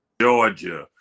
Georgia